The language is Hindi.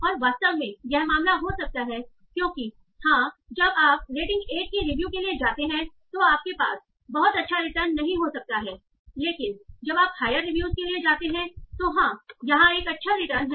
और वास्तव में यह मामला हो सकता है क्योंकि हां जब आप रेटिंग 1 की रिव्यू के लिए जाते हैं तो आपके पास बहुत अच्छा रिटर्न नहीं हो सकता है लेकिन जब आप हायर रिव्यूज के लिए जाते हैं तो हां यहां एक अच्छा रिटर्न है